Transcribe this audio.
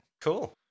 Cool